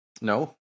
No